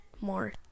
more